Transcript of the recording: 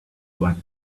one